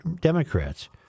Democrats